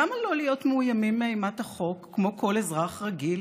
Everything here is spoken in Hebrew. למה לא להיות מאוימים מאימת החוק כמו כל אזרח רגיל?